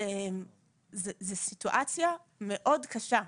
זאת סיטואציה מאוד קשה.